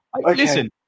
Listen